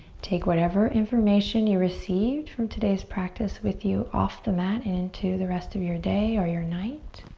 take whatever information you received from today's practice with you off the mat and into the rest of your day or your night.